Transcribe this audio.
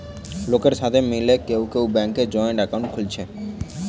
লোকের সাথে মিলে কেউ কেউ ব্যাংকে জয়েন্ট একাউন্ট খুলছে